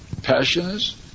passions